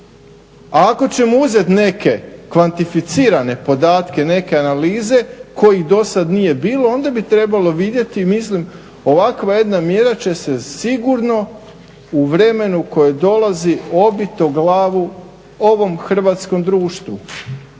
A ako ćemo uzeti neke kvantificirane podatke neke analize kojih dosad nije bilo, onda bi trebalo vidjeti, mislim ovakva jedna mjera će se sigurno u vremenu koje dolazi obit o glavu ovom hrvatskom društvu.